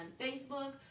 Facebook